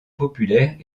populaire